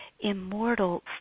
immortal